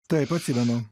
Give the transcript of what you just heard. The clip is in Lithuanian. taip atsimenu